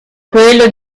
quello